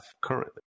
currently